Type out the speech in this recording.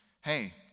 hey